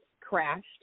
crashed